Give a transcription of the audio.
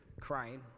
crying